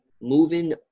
moving